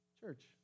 Church